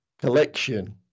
collection